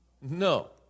No